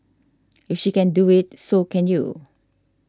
if she can do it so can you